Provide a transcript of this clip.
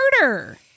murder